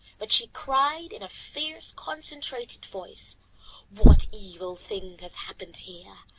but she cried in a fierce, concentrated voice what evil thing has happened here?